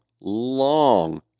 long